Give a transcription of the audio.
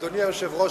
אדוני היושב-ראש,